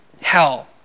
Hell